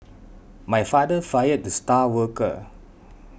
my father fired the star worker